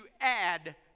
add